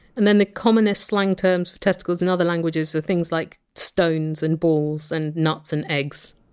and then the commonest slang terms for testicles in other languages are things like! stones! and! balls! and! nuts! and! eggs.